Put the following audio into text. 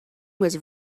was